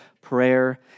prayer